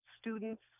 Students